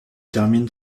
termine